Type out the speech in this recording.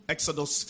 Exodus